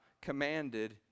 commanded